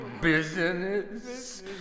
business